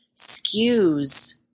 skews